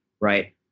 right